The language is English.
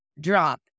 Drop